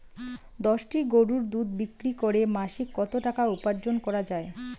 দশটি গরুর দুধ বিক্রি করে মাসিক কত টাকা উপার্জন করা য়ায়?